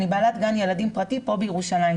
אני בעלת גן ילדים פרטי בירושלים.